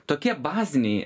tokie baziniai